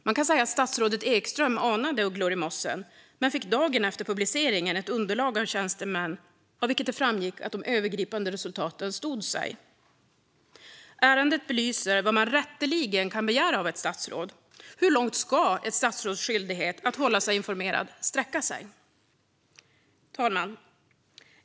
Man kan säga att statsrådet Ekström anade ugglor i mossen men dagen efter publiceringen fick ett underlag av tjänstemän av vilket det framgick att de övergripande resultaten stod sig. Ärendet belyser vad man rätteligen kan begära av ett statsråd. Hur långt ska ett statsråds skyldighet att hålla sig informerad sträcka sig? Fru talman!